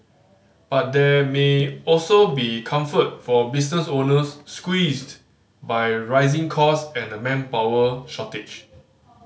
but there may also be comfort for business owners squeezed by rising cost and a manpower shortage